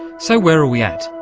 so where are we at?